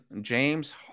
James